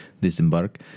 disembark